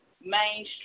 mainstream